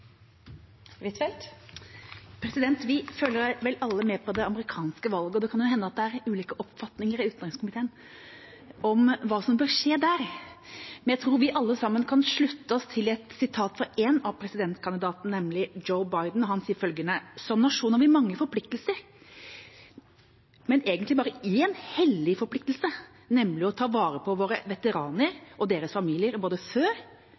ulike oppfatninger i utgangspunktet om hva som skal skje der. Men jeg tror vi alle sammen kan slutte oss til et sitat fra en av presidentkandidatene, nemlig Joe Biden. Han sier følgende: Som nasjon har vi mange forpliktelser, men egentlig bare én hellig forpliktelse, nemlig å ta vare på våre veteraner og deres familier både før,